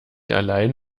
allein